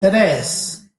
tres